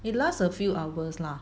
it lasts a few hours lah